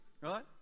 right